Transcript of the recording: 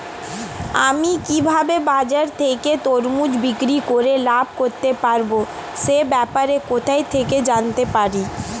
আমি কিভাবে বাজার থেকে তরমুজ বিক্রি করে লাভ করতে পারব সে ব্যাপারে কোথা থেকে জানতে পারি?